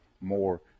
more